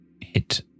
hit